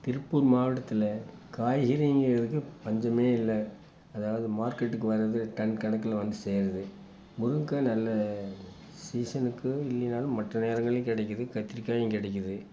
திருப்பூர் மாவட்டத்தில் காய்கறிங்கிறதுக்கு பஞ்சமே இல்லை அதாவது மார்க்கெட்டுக்கு வரது டன் கணக்கில் வந்து சேருது முருங்கைக்கா நல்ல சீசனுக்கு இல்லைன்னாலும் மற்ற நேரங்கள்லையும் கிடைக்கிது கத்தரிக்காயும் கிடைக்கிது